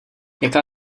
jaká